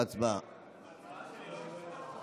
ההצבעה שלי לא נקלטה.